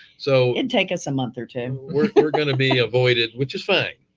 so and take us a month or two. were were going to be avoided, which is fine.